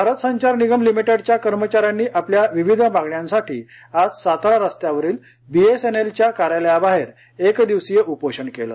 भारत संचार निगम लिमिटेडच्या कर्मचाऱ्यांनी आपल्या विविध मागण्यांसीठी आज सातारा रस्त्यावरील बीएसएनएलच्या कार्यालयाबाहेर एक दिवसीय उषोषण केले